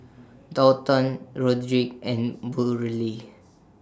Daulton Rodrick and Burley